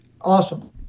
awesome